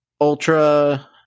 Ultra